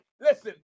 listen